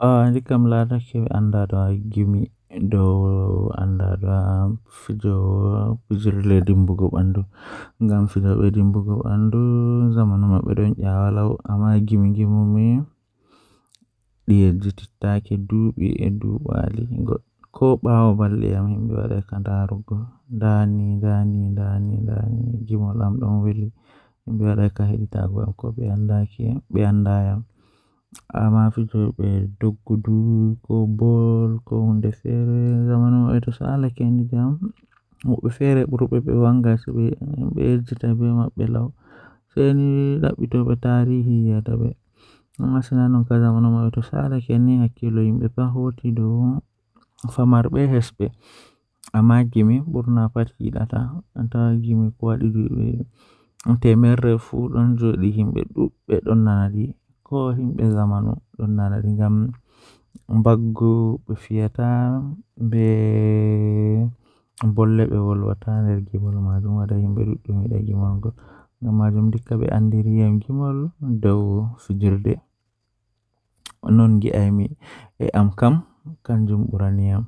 Eh ndikka jannga haala ceede Ko sabu ngal, yimɓe foti waawi sosde noyiɗɗo e laawol tawa leydi e nder caɗeele. Economics e finance no waawi heɓugol maɓɓe ngal on, ko fayde ɗum e tawti caɗeele e noyiɗɗo e keewɗi ngam ngoodi. Kono, waɗde economics e finance no waawi njama faami ko moƴƴi e ɓe waɗtudee firtiimaaji ngal e ngal hayɓe.